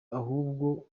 ahubwo